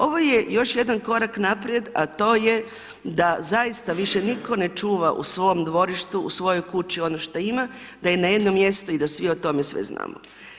Ovo je još jedan korak naprijed a to je da zaista više nitko ne čuva u svom dvorištu, u svojoj kući ono što ima, da je na jednom mjestu i da svi o tome sve znamo.